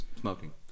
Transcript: smoking